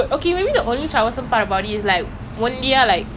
I mean I was a bit scared lah but K lah